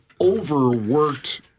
overworked